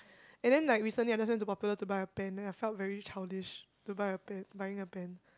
and then like recently I just went Popular to buy a pen that I felt really childish to buy a pen buying a pen